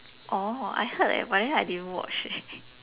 oh I heard leh but I didn't watch leh